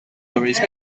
tourists